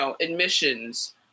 admissions